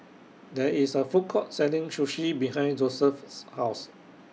There IS A Food Court Selling Sushi behind Joesph's House